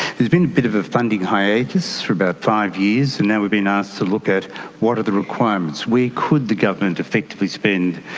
there's been a bit of a funding hiatus for about five years, and now we've been asked to look at what are the requirements. where could the government effectively spend,